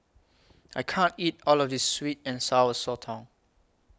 I can't eat All of This Sweet and Sour Sotong